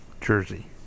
Jersey